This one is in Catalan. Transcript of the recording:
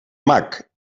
mac